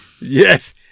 Yes